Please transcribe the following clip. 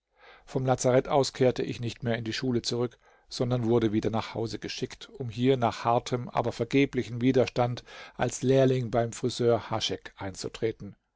vom lazarett aus kehrte ich nicht mehr in die schule zurück sondern wurde wieder nach hause geschickt um hier nach hartem aber vergeblichen widerstand als lehrling beim friseur haschek einzutreten